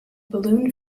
balloon